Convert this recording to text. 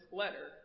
letter